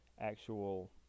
actual